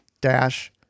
dash